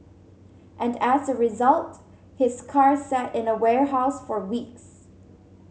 and as a result his car sat in a warehouse for weeks